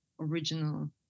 original